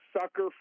sucker